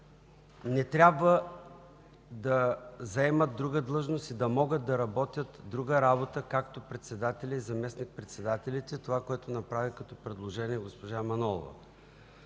не трябва да заемат друга длъжност и да могат да работят друга работа като председателя и заместник-председателите – това, което направи като предложение госпожа Манолова.